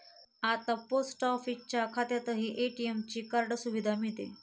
आता पोस्ट ऑफिसच्या खात्यातही ए.टी.एम कार्डाची सुविधा मिळते